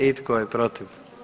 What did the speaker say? I tko je protiv?